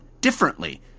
differently